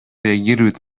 реагировать